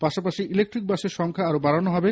পাশাপাশি ইলেক্ট্রিক বাসের সংখ্যা আরও বাড়ানো হবে